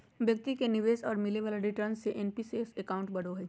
व्यक्ति के निवेश और मिले वाले रिटर्न से एन.पी.एस अकाउंट बढ़ो हइ